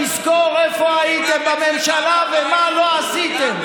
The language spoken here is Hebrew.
תזכור איפה היית בממשלה ומה לא עשיתם.